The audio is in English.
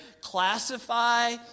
classify